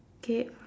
K